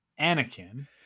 anakin